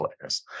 players